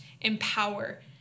empower